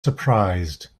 surprised